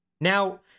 Now